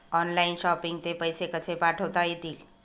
Online shopping चे पैसे कसे पाठवता येतील?